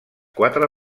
quatre